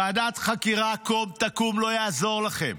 ועדת חקירה קום תקום, לא יעזור לכם.